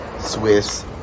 swiss